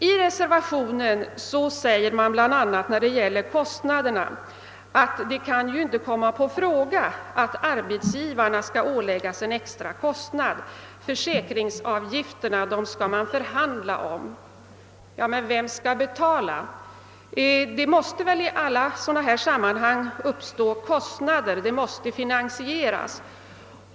Vad kostnaderna beträffar säger man i reservationen att det inte kan komma på fråga att arbetsgivarna skall åläggas en extra kostnad. Försäkringsavgifterna skall man förhandla om. Vem skall betala? I alla sådana här sammanhang uppstår det kostnader; reformen måste ju finansieras.